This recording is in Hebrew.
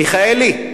מיכאלי,